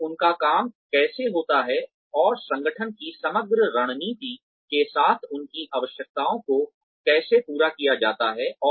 और उनका काम कैसे होता है और संगठन की समग्र रणनीति के साथ उनकी आवश्यकताओं को कैसे पूरा किया जाता है